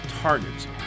targets